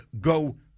go